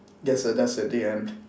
that's a that's a dead end